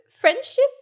friendship